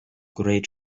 great